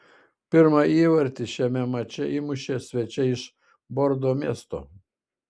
pirmą įvartį šiame mače įmušė svečiai iš bordo miesto